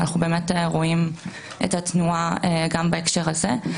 ואנחנו באמת רואים את התנועה גם בהקשר הזה.